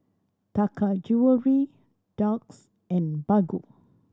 Taka Jewelry Doux and Baggu